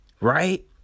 right